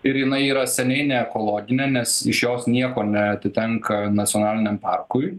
ir jinai yra seniai neekologinė nes iš jos nieko neatitenka nacionaliniam parkui